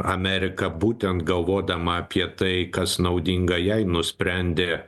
amerika būtent galvodama apie tai kas naudinga jai nusprendė